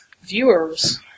viewers